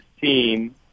team